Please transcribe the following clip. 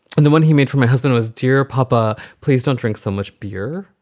and the one he made for my husband was, dear papa, please don't drink so much beer,